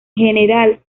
general